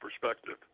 perspective